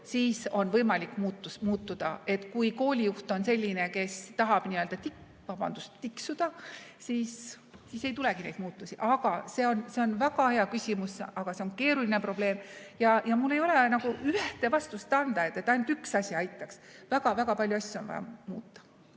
siis on võimalik muutuda. Kui koolijuht on selline, kes tahab, vabandust, tiksuda, siis ei tulegi neid muutusi. See on väga hea küsimus, aga see on keeruline probleem ja mul ei ole ühte vastust anda, et ainult üks asi aitaks. Väga-väga palju asju on vaja muuta.